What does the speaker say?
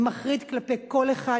זה מחריד כלפי כל אחד,